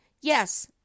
yes